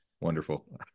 Wonderful